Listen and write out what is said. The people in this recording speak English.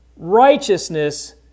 righteousness